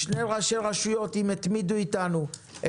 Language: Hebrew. ואחרי ראש רשות מהצפון,